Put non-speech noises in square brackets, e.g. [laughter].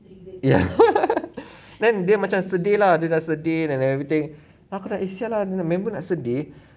ya [laughs] then dia macam sedih lah dia dah sedih and everything aku dah eh !siala! ni member nak sedih